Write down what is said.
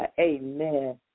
Amen